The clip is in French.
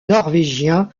norvégiens